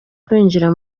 kwinjira